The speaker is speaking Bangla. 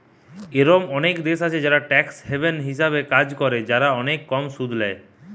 এরোম অনেক দেশ আছে যারা ট্যাক্স হ্যাভেন হিসাবে কাজ করে, যারা অনেক কম সুদ ল্যায়